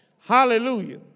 Hallelujah